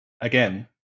again